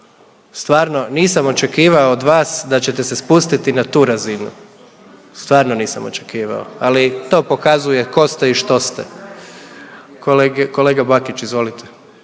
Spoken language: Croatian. stvarno nisam očekivao od vas da ćete se spustiti na tu razinu, stvarno nisam očekivao, ali to pokazuje ko ste i što ste. Kolega Bakić izvolite